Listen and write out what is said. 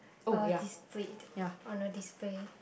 uh displayed on a display